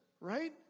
Right